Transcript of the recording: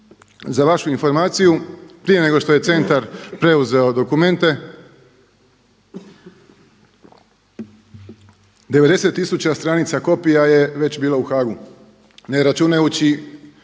Za vašu informaciju, prije nego što je centar preuzeo dokumente 90000 stranica kopija je već bilo u Haagu ne računajući